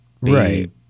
Right